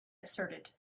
asserted